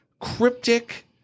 cryptic